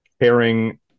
caring